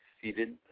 seated